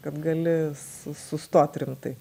kad gali su sustot rimtai